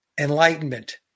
Enlightenment